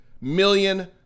million